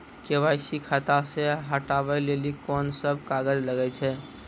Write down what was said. KYC खाता से हटाबै लेली कोंन सब कागज लगे छै?